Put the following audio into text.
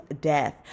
death